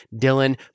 Dylan